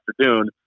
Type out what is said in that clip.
afternoon